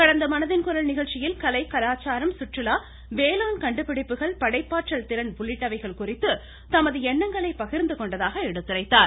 கடந்த மனதின் குரல் நிகழ்ச்சியில் கலை கலாச்சாரம் சுற்றுலா வேளாண் கண்டுபிடிப்புகள் படைப்பாற்றல் திறன் உள்ளிட்டவைகள் குறித்து தமது எண்ணங்களை பகிர்ந்துகொண்டதாக எடுத்துரைத்தார்